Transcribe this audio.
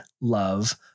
love